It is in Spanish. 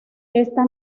esta